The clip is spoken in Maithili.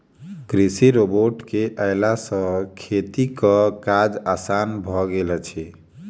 कृषि रोबोट के अयला सॅ खेतीक काज आसान भ गेल अछि